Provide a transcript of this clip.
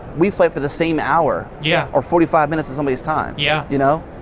we fight for the same hour yeah or forty five minutes of somebody's time, yeah you know?